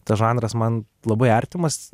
tas žanras man labai artimas